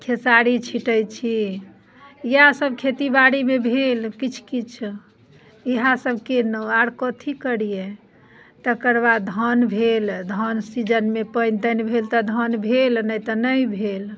खेसारी छिटैत छी इएह सभ खेती बाड़ीमे भेल किछु किछु इहे सभ कयलहुँ कथी करियै तकर बाद धान भेल धान सीजनमे पानि तानि भेल तऽ धान भेल नहि तऽ नहि भेल